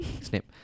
Snap